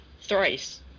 Thrice